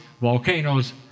volcanoes